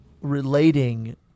relating